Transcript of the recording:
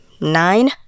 nine